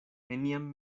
neniam